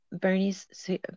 bernie's